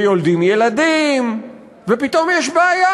ויולדים ילדים, ופתאום יש בעיה,